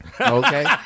okay